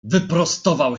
wyprostował